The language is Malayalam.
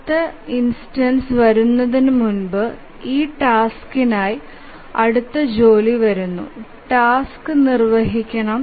അടുത്ത ഇൻസ്റ്റൻസ് വരുന്നതിനു മുമ്പ് ഈ ടാസ്ക്കിനായി അടുത്ത ജോലി വരുന്നു ടാസ്ക് നിർവ്വഹിക്കണം